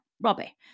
Robbie